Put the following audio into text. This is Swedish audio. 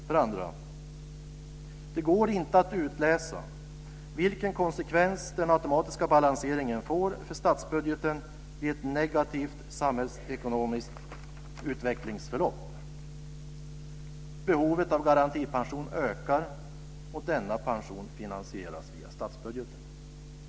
För det andra: Det går inte att utläsa vilken konsekvens den automatiska balanseringen får för statsbudgeten i ett negativt samhällsekonomiskt utvecklingsförlopp. Behovet av garantipension ökar, och denna pension finansieras via statsbudgeten.